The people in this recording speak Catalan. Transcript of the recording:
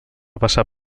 passar